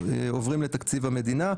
עוברים לתקציב המדינה.